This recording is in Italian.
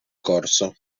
corso